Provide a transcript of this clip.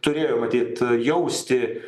turėjo matyt jausti